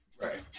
right